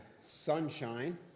sunshine